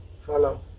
follow